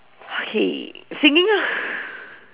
okay singing ah